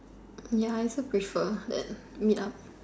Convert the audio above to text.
ya I also prefer that meet up